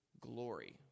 glory